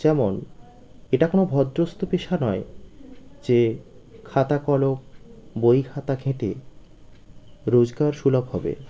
যেমন এটা কোনো ভদ্রস্ত পেশা নয় যে খাতা কলম বই খাতা ঘেঁটে রোজগার সুলভ হবে